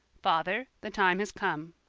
father, the time has come.